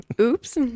oops